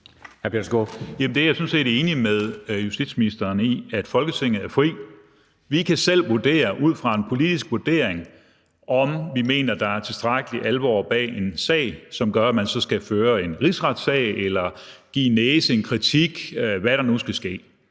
jeg sådan set enig med justitsministeren i. Folketinget er frit; vi kan selv vurdere ud fra en politisk vurdering, om vi mener, der er tilstrækkelig alvor bag en sag, som gør, at man så skal føre en rigsretssag eller give en næse eller en kritik, eller hvad der nu skal ske.